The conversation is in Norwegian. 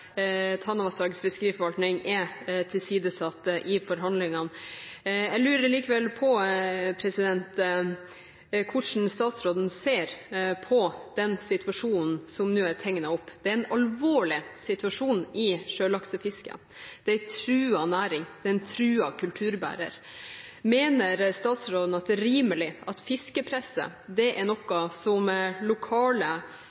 er tilsidesatt i forhandlingene. Jeg lurer likevel på hvordan statsråden ser på den situasjonen som nå er tegnet opp. Det er en alvorlig situasjon i sjølaksefisket. Det er en truet næring, det er en truet kulturbærer. Mener statsråden at det er rimelig at fiskepresset er